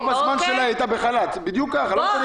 רוב הזמן היא הייתה בחל"ת, לא משנה